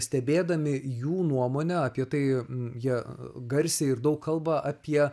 stebėdami jų nuomonę apie tai jie garsiai ir daug kalba apie